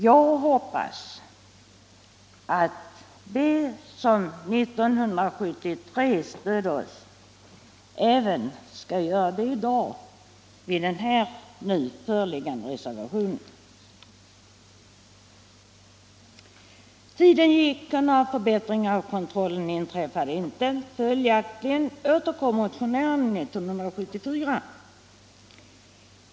Jag hoppas att de som då, 1973, stödde oss även skall göra det i dag när det gäller den nu föreliggande reservationen. Tiden gick och några förbättringar av kontrollen inträffade inte. Följaktligen återkom motionärerna 1974.